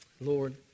Lord